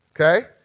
Okay